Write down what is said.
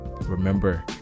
remember